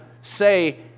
say